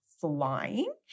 flying